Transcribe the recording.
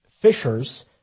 fishers